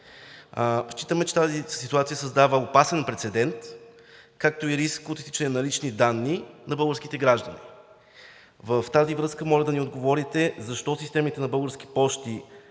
Считаме, че тази ситуация създава опасен прецедент, както и риск от изтичане на лични данни на българските граждани. В тази връзка, моля да ни отговорите защо системите на „Български пощи“